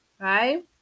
right